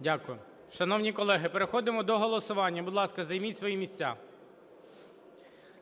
Дякую. Шановні колеги, переходимо до голосування. Будь ласка, займіть свої місця.